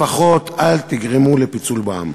לפחות אל תגרמו לפיצול בעם,